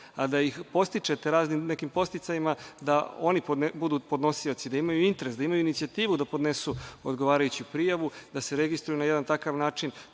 a da ih podstičete nekim podsticajima da oni budu podnosioci, da imaju interes, da imaju inicijativu da podnesu odgovarajuću prijavu, da se registruju na jedan takav način,